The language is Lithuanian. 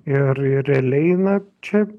ir ir realiai na čia